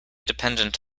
dependent